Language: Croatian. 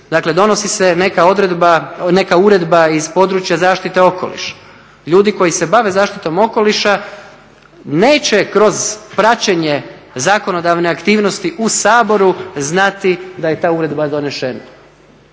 dakle donosi se neka uredba iz područja zaštite okoliša. Ljudi koji se bave zaštitom okoliša neće kroz praćenje zakonodavne aktivnosti u Saboru znati da je ta uredba donesena.